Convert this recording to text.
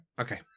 okay